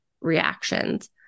reactions